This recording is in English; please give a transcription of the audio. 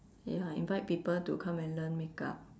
ya invite people to come and learn makeup